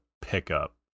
pickup